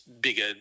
bigger